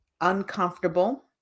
uncomfortable